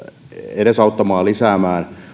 edesauttamaan ja lisäämään